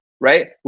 right